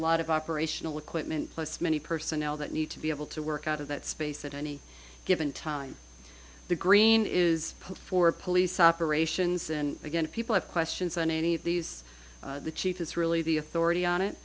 lot of operational equipment plus many personnel that need to be able to work out of that space at any given time the green is put for police operations and again if people have questions on any of these the chief is really the authority on it